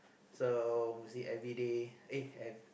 so mostly everyday eh ev~